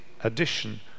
addition